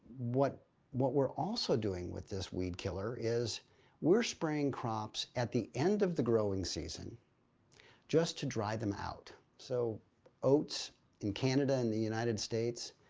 what what we're also doing with this weed killer is we're spraying crops at the end of the growing season just to dry them out. so oats in canada and in the united states.